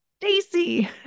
Stacy